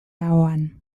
ahoan